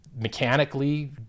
mechanically